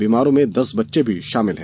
बीमारों में दस बच्चे भी शामिल है